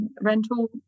rental